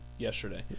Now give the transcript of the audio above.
yesterday